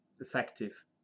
effective